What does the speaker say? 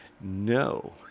No